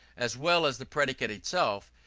as well as the predicate itself,